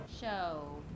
Show